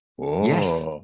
Yes